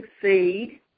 succeed